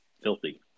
filthy